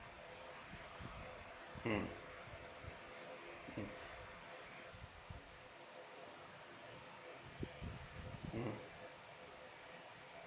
mm